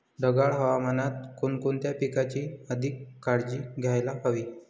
ढगाळ हवामानात कोणकोणत्या पिकांची अधिक काळजी घ्यायला हवी?